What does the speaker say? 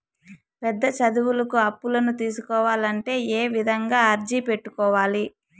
పెద్ద చదువులకు అప్పులను తీసుకోవాలంటే ఏ విధంగా అర్జీ పెట్టుకోవాలి?